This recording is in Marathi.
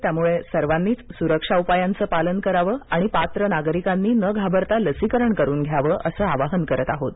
त्यामुळे सर्वांनीच सुरक्षा उपायांचं पालन करावं आणि पात्र नागरिकांनी न घाबरता लसीकरण करून घ्यावं असं आवाहन करत आहोत